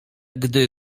gdy